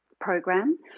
program